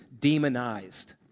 demonized